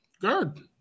Good